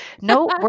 No